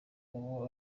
uwo